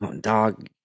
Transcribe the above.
Dog